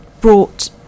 brought